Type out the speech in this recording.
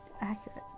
accurate